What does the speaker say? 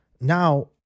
Now